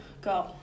Go